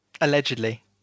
Allegedly